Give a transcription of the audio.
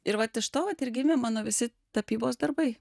ir vat iš to vat ir gimė mano visi tapybos darbai